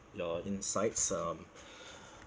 your your insights um